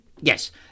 yes